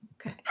Okay